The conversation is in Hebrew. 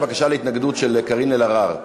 של קארין אלהרר.